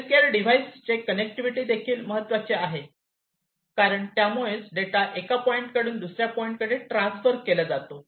healthcare device चे connectivity देखील महत्त्वाचे आहे कारण त्यामुळेच डेटा एका पॉइंट कडून दुसऱ्या पॉईंटकडे ट्रान्सफर केला जातो